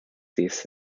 this